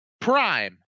Prime